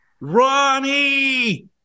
Ronnie